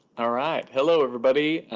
ah right. hello, everybody.